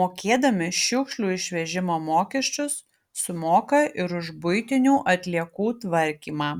mokėdami šiukšlių išvežimo mokesčius sumoka ir už buitinių atliekų tvarkymą